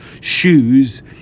shoes